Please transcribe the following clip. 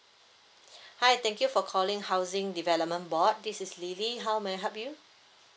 hi thank you for calling housing development board this is lily how may I help you